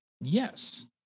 Yes